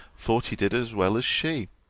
thought he did, as well as she?